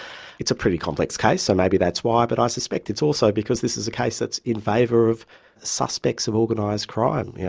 it's a pretty complex case, so maybe that's why, but i suspect it's also because this is a case that's in favour of suspects of organised crime, you know,